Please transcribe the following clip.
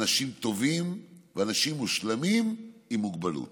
אנשים טובים, אנשים מושלמים עם מוגבלות